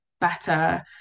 better